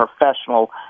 professional